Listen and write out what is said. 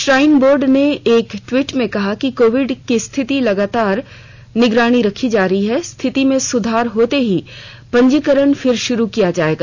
shrine board ने एक tweet में कहा कि कोविड स्थिति की लगातार निगरानी की जा रही है स्थिति में सुधार होते ही पंजीकरण फिर शुरु किया जाएगा